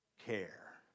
care